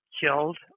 killed